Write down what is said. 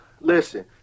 Listen